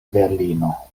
berlino